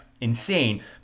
insane